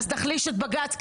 אז תחליש את בג"צ,